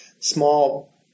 small